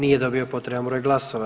Nije dobio potreban broj glasova.